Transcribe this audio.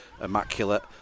immaculate